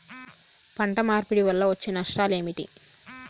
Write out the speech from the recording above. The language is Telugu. పంట మార్పిడి వల్ల వచ్చే నష్టాలు ఏమిటి?